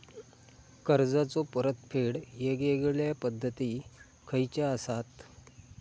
कर्जाचो परतफेड येगयेगल्या पद्धती खयच्या असात?